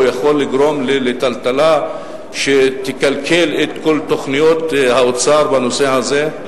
או יכול לגרום לטלטלה שתקלקל את כל תוכניות האוצר בנושא הזה?